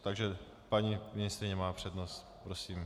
Takže paní ministryně má přednost, prosím.